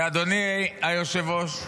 אדוני היושב-ראש,